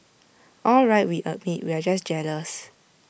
all right we admit we're just jealous